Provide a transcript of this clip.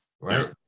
right